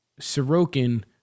sorokin